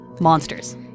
monsters